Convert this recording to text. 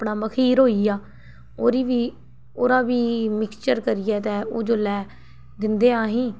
अपना मखीर होई गेआ ओह्दी बी ओह्दा बी मिक्चर करियै ते ओह् जोल्लै दिंदे अहें गी